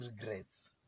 regrets